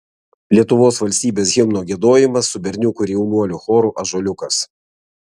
lietuvos valstybės himno giedojimas su berniukų ir jaunuolių choru ąžuoliukas